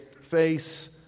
face